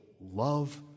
love